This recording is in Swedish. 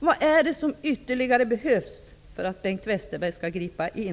Vad är det som ytterligare behövs för att Bengt Westerberg skall gripa in?